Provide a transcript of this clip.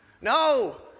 No